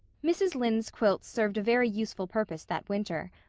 mrs. lynde's quilts served a very useful purpose that winter.